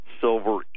Silver